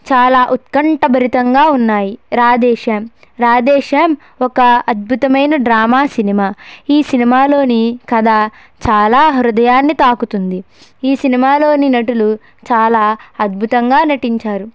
చాలా ఉత్కంఠ భరితంగా ఉన్నాయి రాధే శ్యామ్ రాధే శ్యామ్ ఒక అద్భుతమైన డ్రామా సినిమా ఈ సినిమాలోని కథ చాలా హృదయాన్ని తాకుతుంది ఈ సినిమాలోని నటులు చాలా అద్భుతంగా నటించారు